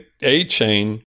A-Chain